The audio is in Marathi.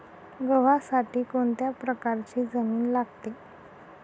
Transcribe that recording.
गव्हासाठी कोणत्या प्रकारची जमीन लागते?